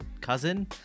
cousin